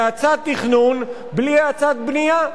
האצת תכנון בלי הצעת בנייה.